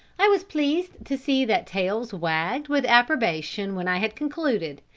i was pleased to see that tails wagged with approbation when i had concluded,